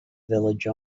village